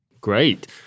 great